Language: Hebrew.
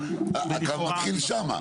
הקו מתחיל שם.